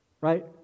right